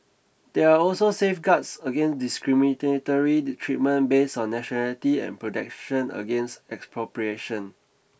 there are also safeguards against discriminatory treatment based on nationality and protection against expropriation